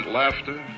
laughter